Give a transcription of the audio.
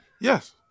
Yes